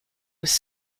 was